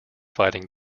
fighting